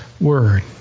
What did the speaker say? word